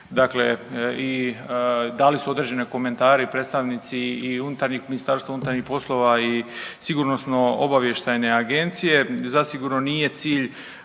dakle dali su određene komentare i predstavnici i unutarnjih, MUP-a i Sigurnosno-obavještajne agencije. Zasigurno nije cilj